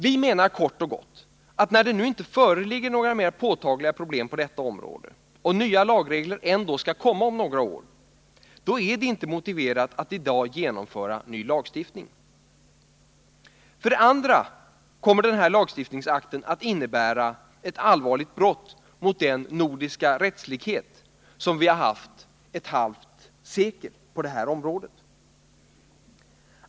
Vi menar kort och gott att när det nu inte föreligger några mera påtagliga problem på detta område och nya lagregler ändå skall komma om några år, då är det inte motiverat att i dag genomföra ny lagstiftning. För det andra kommer den här lagstiftningsakten att innebära ett allvarligt brott mot den nordiska rättslikhet som vi har haft ett halvt sekel på det här området.